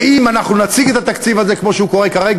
ואם נציג את התקציב הזה כמו שהוא כרגע,